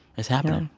it's happening.